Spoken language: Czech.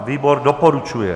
Výbor doporučuje.